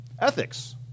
ethics